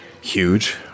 huge